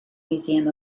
museum